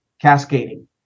cascading